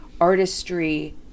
artistry